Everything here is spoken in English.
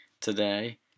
today